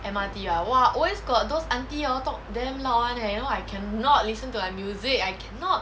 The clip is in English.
M_R_T lah !wah! always got those auntie hor talk damn lour [one] eh and you know I cannot listen to my music I cannot